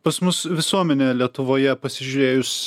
pas mus visuomenė lietuvoje pasižiūrėjus